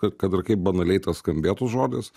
kad kad ir kaip banaliai tas skambėtų žodis